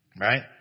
right